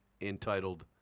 entitled